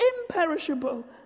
imperishable